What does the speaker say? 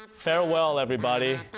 farewell everybody.